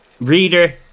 reader